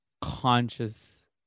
conscious